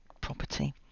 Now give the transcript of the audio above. property